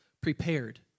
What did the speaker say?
prepared